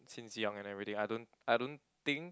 since young and everyday I don't I don't think